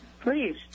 Please